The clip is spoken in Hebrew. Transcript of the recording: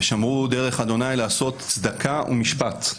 ושמרו דרך ה' לעשות צדקה ומשפט,